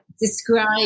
describe